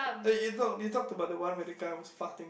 eh eh no you talked you talked about the one where the guy was farting